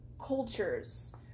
cultures